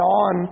on